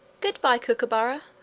good-bye, kookooburra!